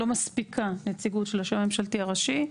לא מספיקה נציגות של השמאי הממשלתי הראשי.